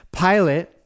Pilate